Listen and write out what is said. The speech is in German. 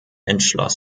entschloss